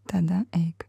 tada eik